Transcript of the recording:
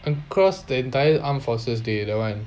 across the entire armed forces dey that one